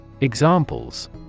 Examples